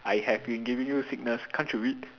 I have been giving you signals can't you read